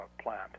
plant